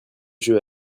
jeu